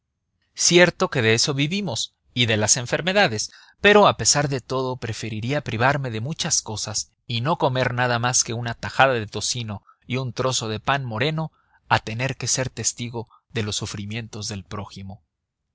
cierto que de eso vivimos y de las enfermedades pero a pesar de todo preferiría privarme de muchas cosas y no comer nada más que una tajada de tocino y un trozo de pan moreno a tener que ser testigo de los sufrimientos del prójimo